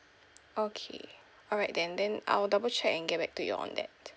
okay alright then then I'll double check and get back to you on that